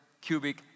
cubic